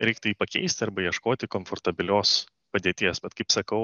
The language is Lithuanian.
reiktų jį pakeisti arba ieškoti komfortabilios padėties bet kaip sakau